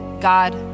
God